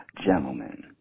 Gentlemen